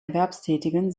erwerbstätigen